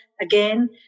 Again